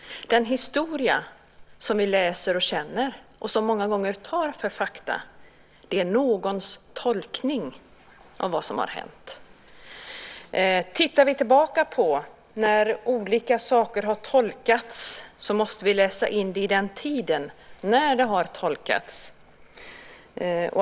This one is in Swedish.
Den historia som vi läser och känner och som vi många gånger tar för fakta är någons tolkning av vad som har hänt. Tittar vi tillbaka på när olika saker har tolkats måste vi läsa in det i den tid då det har tolkats.